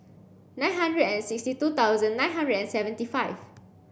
nine hundred and sixty two thousand nine hundred and seventy five